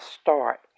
start